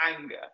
anger